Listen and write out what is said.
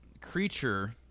creature